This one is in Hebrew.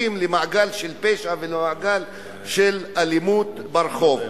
למעגל של פשע ולמעגל של אלימות ברחוב,